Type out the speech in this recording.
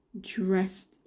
dressed